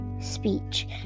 speech